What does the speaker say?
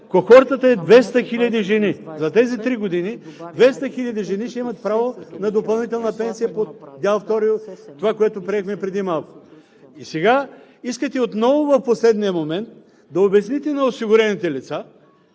кохортата е 200 хиляди жени! За тези три години 200 хиляди жени ще имат право на допълнителна пенсия по дял ІІ – това, което приехме преди малко. И сега искате отново в последния момент да обясните на осигурените лица,